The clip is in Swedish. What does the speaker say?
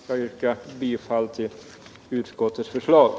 Jag yrkar alltså bifall till utskottets hemställan.